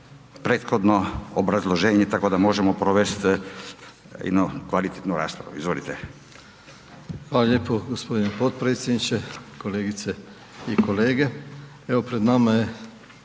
prethodno obrazloženje tako da možemo provest jednu kvalitetnu raspravu. Izvolite. **Bošnjaković, Dražen (HDZ)** Hvala lijepo gospodine potpredsjedniče. Kolegice i kolege, evo pred nama je